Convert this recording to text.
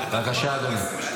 בבקשה, אדוני.